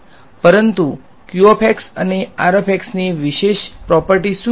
પરંતુ અને ની વિશેષ પ્રોપર્ટીઝ શું છે